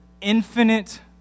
infinite